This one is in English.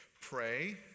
pray